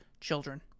children